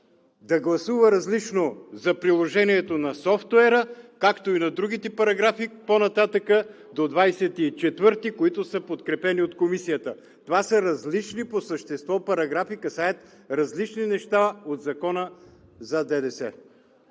да гласува различно за приложението на софтуера, както и по другите параграфи по-нататък – до 24-ти, които са подкрепени от Комисията. Това са различни по същество параграфи, касаят различни неща от Закона за ДДС.